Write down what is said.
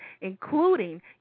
including